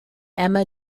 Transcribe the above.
emma